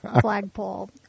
flagpole